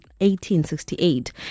1868